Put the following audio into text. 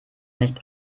nicht